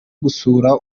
gusura